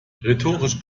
rhetorisch